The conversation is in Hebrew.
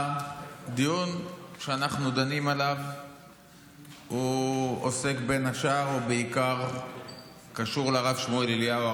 הדיון שאנחנו דנים עוסק בין השאר או בעיקר ברב שמואל אליהו,